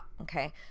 okay